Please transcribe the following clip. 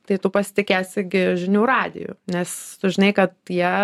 tai tu pasitikėsi žinių radiju nes tu žinai kad jie